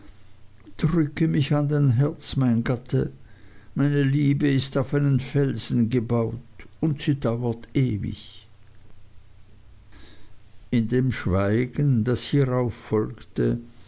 drücke mich an dein herz mein gatte meine liebe ist auf einen felsen gebaut und sie dauert ewig in dem schweigen das hierauf folgte